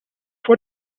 vor